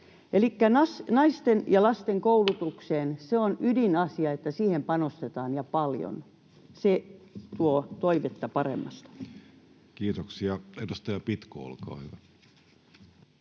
että naisten ja lasten koulutukseen panostetaan ja paljon. Se tuo toivetta paremmasta. Kiitoksia. — Edustaja Pitko, olkaa hyvä.